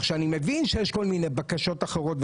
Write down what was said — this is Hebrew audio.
אז אני מבין שיש כל מיני בקשות אחרות,